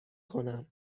کنم